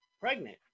pregnant